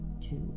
two